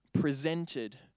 presented